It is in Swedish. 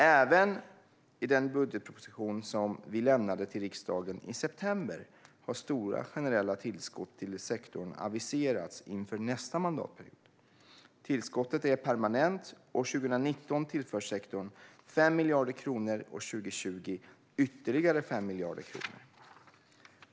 Även i den budgetproposition som vi lämnade till riksdagen i september har stora generella tillskott till sektorn aviserats inför nästa mandatperiod. Tillskottet är permanent, och 2019 tillförs sektorn 5 miljarder kronor och 2020 ytterligare 5 miljarder kronor.